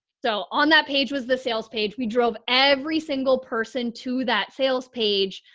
so on that page was the sales page. we drove every single person to that sales page.